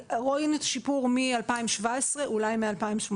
רואים שיפור מ-2017, אולי מ-2018,